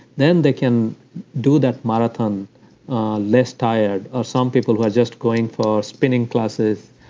then they can do that marathon less tired. or some people who are just going for spinning classes,